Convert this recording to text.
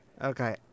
Okay